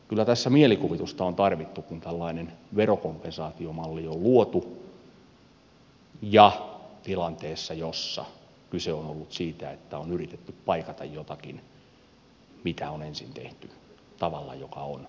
kyllä tässä mielikuvitusta on tarvittu kun tällainen verokompensaatiomalli on luotu tilanteessa jossa kyse on ollut siitä että on yritetty paikata jotakin mitä on ensin tehty tavalla joka on jokseenkin käsittämätön